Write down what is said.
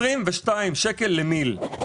22 שקלים למיליליטר.